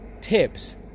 tips